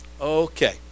Okay